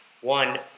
One